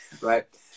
right